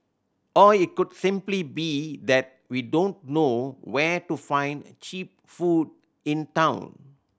or it could simply be that we don't know where to find cheap food in town